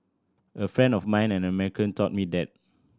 a friend of mine an American taught me that